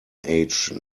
age